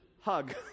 hug